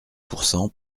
pourcent